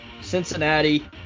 Cincinnati